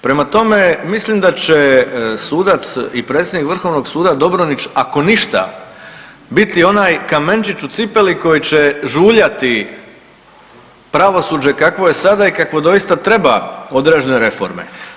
Prema tome, mislim da će sudac i predsjednik VSRH-a Dobronić, ako ništa, biti onaj kamenčić u cipeli koji će žuljati pravosuđe kakvo je sada i kakvo doista treba određene reforme.